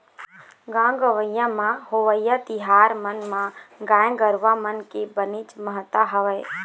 गाँव गंवई म होवइया तिहार मन म गाय गरुवा मन के बनेच महत्ता हवय